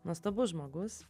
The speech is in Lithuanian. nuostabus žmogus